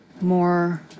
more